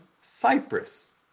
Cyprus